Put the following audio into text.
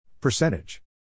Percentage